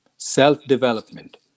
self-development